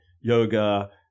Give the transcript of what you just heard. yoga